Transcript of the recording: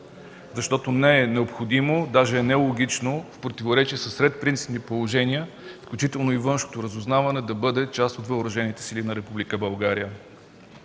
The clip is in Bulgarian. защото не е необходимо, даже е нелогично, в противоречие с ред принципни положения, включително и външното разузнаване да бъде част от Въоръжените сили на